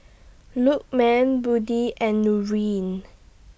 Lukman Budi and Nurin